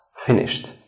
finished